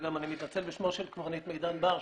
וגם אני מתנצל בשמו של קברניט מידן בר,